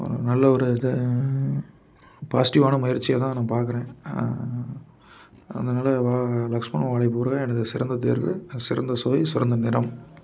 நல்ல ஒரு இது பாஸிட்டிவான முயற்சியை தான் பார்க்கறேன் அந்தனால வா லக்ஷ்மன் வாழைப்பூவில் தான் எனது சிறந்த தேர்வு சிறந்த சுவை சிறந்த நிறம்